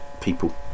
people